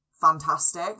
fantastic